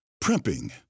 Primping